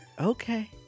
okay